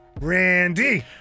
Randy